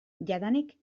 jadanik